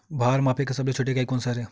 भार मापे के सबले छोटे इकाई कोन सा हरे?